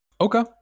okay